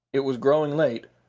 it was growing late,